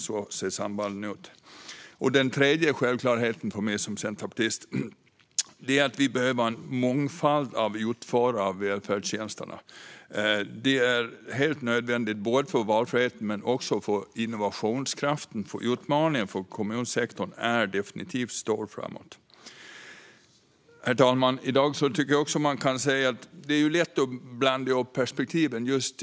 Så ser sambanden ut. Den tredje självklarheten för mig som centerpartist är att vi behöver ha en mångfald av utförare av välfärdstjänster. Detta är helt nödvändigt både för valfriheten och för innovationskraften, därför att utmaningen för kommunsektorn definitivt kommer att bli stor framöver. Herr talman! Det är lätt att blanda ihop perspektiven.